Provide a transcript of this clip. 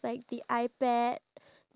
iya true